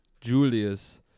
Julius